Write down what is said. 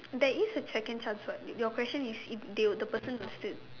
there is a second chance what your question is if they the person got steal